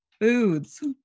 foods